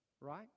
right